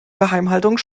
geheimhaltung